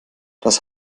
das